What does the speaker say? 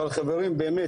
אבל חברים באמת,